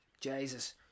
Jesus